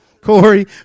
Corey